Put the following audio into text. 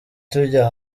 tujya